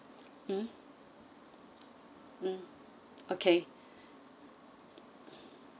mm okay